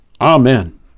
Amen